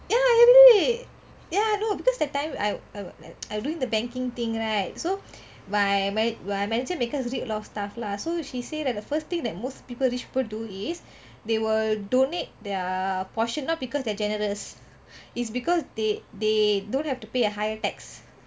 ya I already ya no because that time I I'm doing the banking thing right so my mana~ my manager make us read a lot of stuff lah so she say that the first thing that most people rich people do is they will donate their portion not because they are generous is because they they don't have to pay a higher tax